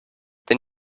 then